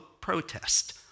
protest